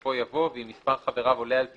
ובסופה יבוא "ואם מספר חבריו עולה על תשעה,